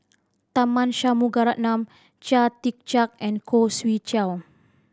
Tharman Shanmugaratnam Chia Tee Chiak and Khoo Swee Chiow